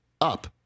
up